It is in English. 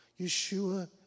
Yeshua